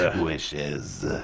Wishes